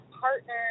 partner